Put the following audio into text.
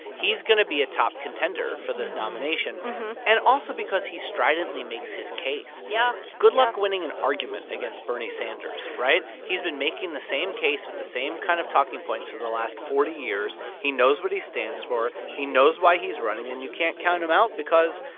he's going to be a top contender for this nomination and also because he stridently makes his case yeah good luck winning an argument against bernie sanders, right? he's been making the same case with the same kind of talking points for the last forty years. he knows what he stands for. he knows why he's running. and you can't count him out because,